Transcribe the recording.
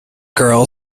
girl